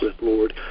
Lord